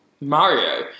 Mario